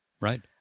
right